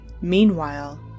Meanwhile